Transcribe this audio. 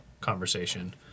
conversation